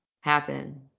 happen